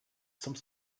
some